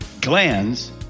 glands